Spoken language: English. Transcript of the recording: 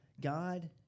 God